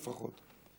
לפחות.